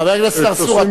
חבר הכנסת צרצור,